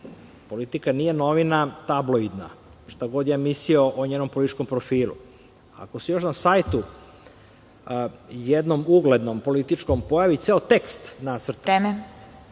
„Politika“ nije tabloidna novina, šta god ja mislio o njenom političkom profilu. Ako se još na sajtu jednom uglednom političkom pojavi ceo tekst nacrta,